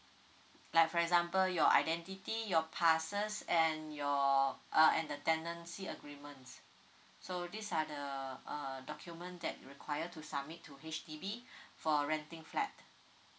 like for example your identity your passes and your uh and the tenancy agreement so these are the uh document that require to submit to H_D_B for renting flat